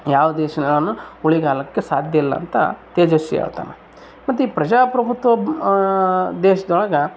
ಯಾವ ದೇಶಾನು ಉಳಿಗಾಲಕ್ಕೆ ಸಾಧ್ಯ ಇಲ್ಲ ಅಂತ ತೇಜಸ್ವಿ ಹೇಳ್ತಾನ ಮತ್ತು ಈ ಪ್ರಜಾಪ್ರಭುತ್ವ ದೇಶ್ದೊಳಗೆ